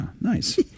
nice